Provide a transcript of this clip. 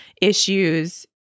issues